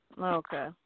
Okay